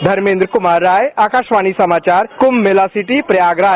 धर्मेन्द्र क्मार राय आकाशवाणी समाचार क्म मेला सिटी प्रयागराज